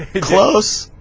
the clothes